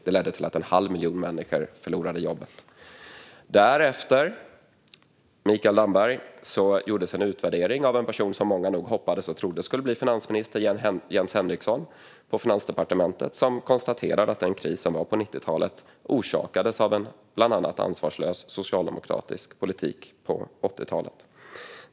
Det ledde till att en halv miljon människor förlorade jobben. Därefter, Mikael Damberg, gjordes en utvärdering av en person som många hoppades och trodde skulle bli finansminister, Jens Henriksson på Finansdepartementet. Han konstaterade att den kris som var på 90-talet orsakades av bland annat en ansvarslös socialdemokratisk politik på 80talet.